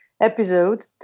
episode